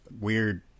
weird